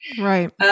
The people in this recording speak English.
Right